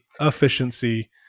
efficiency